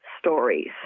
stories